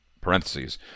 parentheses